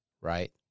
right